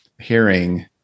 Hearing